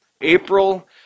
April